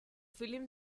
film